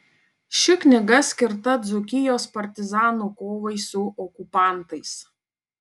ši knyga skirta dzūkijos partizanų kovai su okupantais